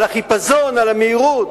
על החיפזון, על המהירות.